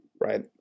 right